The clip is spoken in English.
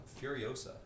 Furiosa